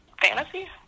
fantasy